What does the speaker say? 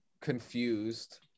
confused